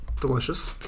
delicious